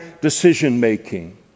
decision-making